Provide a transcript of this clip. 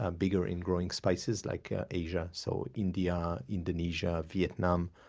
um bigger in growing spices like asia, so india, indonesia, vietnam,